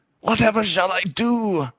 whatever shall i do?